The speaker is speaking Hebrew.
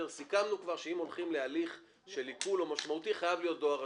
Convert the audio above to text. סיכמנו כבר שאם הולכים להליך של עיקול חייב להיות דואר רשום.